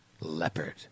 leopard